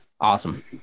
Awesome